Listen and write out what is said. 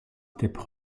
steppes